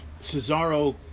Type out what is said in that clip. Cesaro